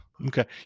Okay